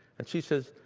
and she says,